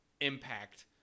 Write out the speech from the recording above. impact